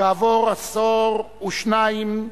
כעבור עשור ושניים,